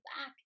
back